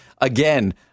Again